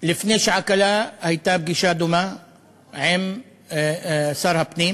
שעה קלה הייתה פגישה דומה עם שר הפנים